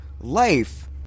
life